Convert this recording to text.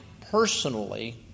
personally